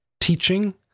teaching